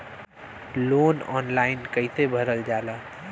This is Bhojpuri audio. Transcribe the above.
लोन ऑनलाइन कइसे भरल जाला?